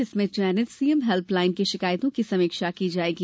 जिसमें चयनित CM help line की शिकायतों की समीक्षा की जायेगी